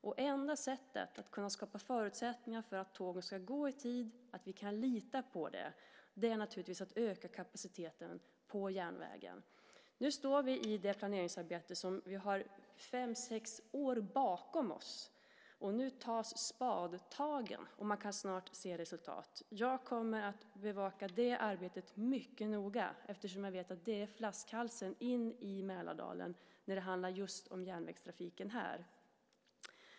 Det enda sättet att skapa förutsättningar för att tågen ska gå i tid och att vi kan lita på det är att öka kapaciteten på järnvägen. Vi har fem sex års planeringsarbete bakom oss. Nu tas spadtagen. Man kan snart se resultat. Jag kommer att bevaka det arbetet mycket noga eftersom jag vet att det är flaskhalsen in i Mälardalen när det handlar om järnvägstrafiken här.